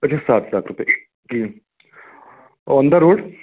अच्छा सात लाख रुपये ऑन द रोड